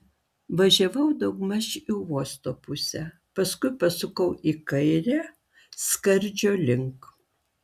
važiavau daugmaž į uosto pusę paskui pasukau į kairę skardžio link